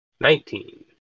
Nineteen